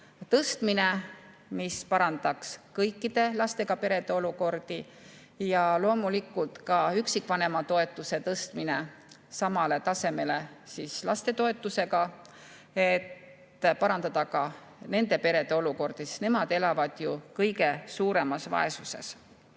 tõstmine, mis parandaks kõikide lastega perede olukorda, ja loomulikult ka üksikvanema toetuse tõstmine samale tasemele lastetoetusega, et parandada ka nende perede olukorda, sest nemad elavad ju kõige suuremas vaesuses.